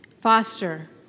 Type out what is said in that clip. Foster